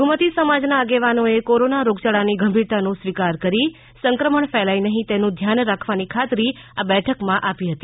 લધુમતી સમાજના આગેવાનો એ કોરોના રોગયાળાની ગંભીરતાનો સ્વીકાર કરી સંક્રમણ ફેલાય નહીં તેનું ધ્યાન રાખવાની ખાતરી આ બેઠક માં આપી હતી